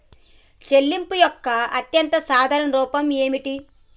చెల్లింపు యొక్క అత్యంత సాధారణ రూపం ఏమిటి?